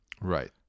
Right